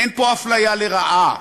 אין פה אפליה לרעה.